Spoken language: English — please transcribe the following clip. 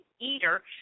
eater